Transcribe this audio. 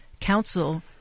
council